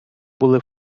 були